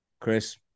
Chris